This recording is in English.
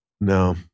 No